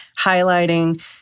highlighting